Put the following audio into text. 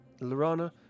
Lorana